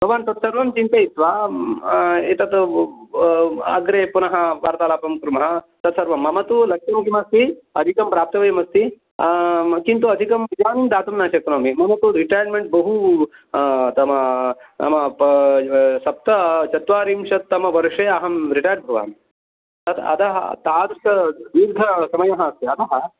भवान् तत्सर्वं चिन्तयित्वा एतत् अग्रे पुनः वार्तालापं कुर्मः तत्सर्वं मम तु लक्ष्यं किमस्ति अधिकं प्राप्तव्यमस्ति किन्तु अधिकं इदानीं दातुं न शक्नोमि मम तु रिटैर्मेण्ट् बहु नाम सप्तचत्वारिंशत्तमवर्षे अहं रिटैर्ड् भवामि अतः तादृशदीर्घसमयः अस्ति अतः